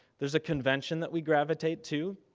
there's a convention that we gravitate to,